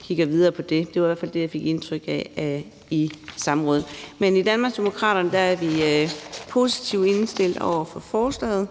kigger videre på det; det var i hvert fald det, jeg fik indtryk af under samrådet. Men i Danmarksdemokraterne er vi positivt indstillede over for forslaget.